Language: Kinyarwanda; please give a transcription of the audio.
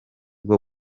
bwo